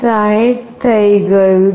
60 થઈ ગયું છે